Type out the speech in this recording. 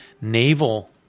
naval